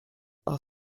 are